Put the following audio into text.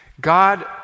God